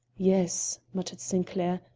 yes, muttered sinclair,